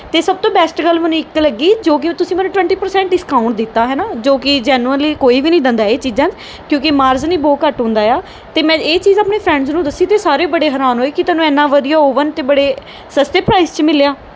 ਅਤੇ ਸਭ ਤੋਂ ਬੈਸਟ ਗੱਲ ਮੈਨੂੰ ਇੱਕ ਲੱਗੀ ਜੋ ਕਿ ਉਹ ਤੁਸੀਂ ਮੈਨੂੰ ਟਵੰਟੀ ਪਰਸੈਂਟ ਡਿਸਕਾਊਂਟ ਦਿੱਤਾ ਹੈ ਨਾ ਜੋ ਕਿ ਜੈਨੂਅਨਲੀ ਕੋਈ ਵੀ ਨਹੀਂ ਦਿੰਦਾ ਇਹ ਚੀਜ਼ਾਂ ਕਿਉਂਕੀ ਮਾਰਜਨ ਹੀ ਬਹੁਤ ਘੱਟ ਹੁੰਦਾ ਆ ਅਤੇ ਮੈਂ ਇਹ ਚੀਜ਼ ਆਪਣੇ ਫਰੈਂਡਜ਼ ਨੂੰ ਦੱਸੀ ਅਤੇ ਉਹ ਸਾਰੇ ਬੜੇ ਹੈਰਾਨ ਹੋਏ ਕਿ ਤੈਨੂੰ ਐਨਾ ਵਧੀਆ ਓਵਨ ਅਤੇ ਬੜੇ ਸਸਤੇ ਪ੍ਰਾਈਸ 'ਚ ਮਿਲਿਆ